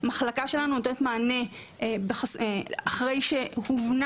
זה אחרי שהובן